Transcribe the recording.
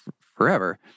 forever